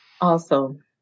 Awesome